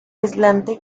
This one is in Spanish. aislante